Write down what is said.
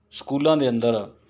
ਸਕੂਲਾਂ ਦੇ ਅੰਦਰ